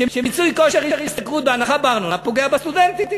שמיצוי כושר השתכרות בהנחה בארנונה פוגע בסטודנטים,